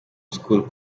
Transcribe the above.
school